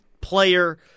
player